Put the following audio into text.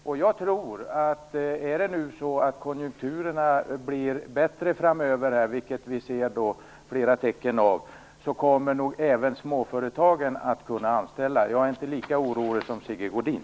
Om konjunkturerna framöver blir bättre, vilket vi ser flera tecken på, tror jag att även småföretagen kommer att kunna anställa. Jag är alltså inte lika orolig som Sigge Godin.